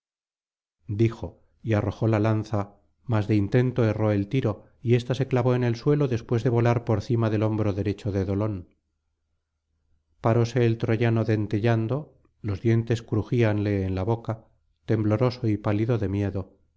dijo y arrojó la lanza mas de intento erró el tiro y ésta se clavó en el suelo después de volar por cima del hombro derecho de dolón paróse el troyano dentellando los dientes crujíanle en la boca tembloroso y pálido de miedo